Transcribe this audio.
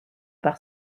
par